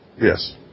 Yes